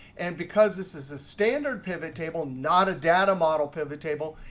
and because this is a standard pivot table not a data model pivot table,